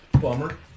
bummer